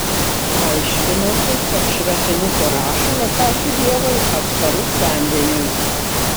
aiškinosi kad šratinuko rašalas ačiū dievui atsparus vandeniui